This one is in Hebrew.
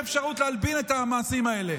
אין אפשרות להלבין את המעשים האלה.